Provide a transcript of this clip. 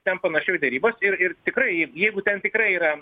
ten panašiau į derybas ir ir tikrai jeigu ten tikrai yra